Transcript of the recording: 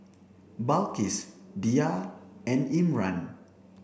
Balqis Dhia and Imran